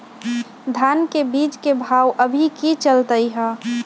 धान के बीज के भाव अभी की चलतई हई?